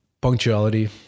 Punctuality